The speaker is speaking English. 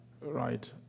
Right